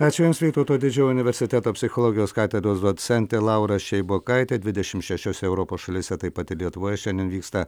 ačiū jums vytauto didžiojo universiteto psichologijos katedros docentė laura šeibokaitė dvidešim šešiose europos šalyse taip pat ir lietuvoje šiandien vyksta